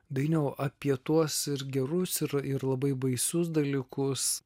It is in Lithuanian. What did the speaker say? dainiau apie tuos ir gerus ir ir labai baisius dalykus